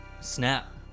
Snap